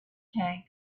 tank